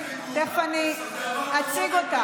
אני יודע שיש לך הסתייגות.